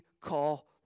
call